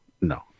no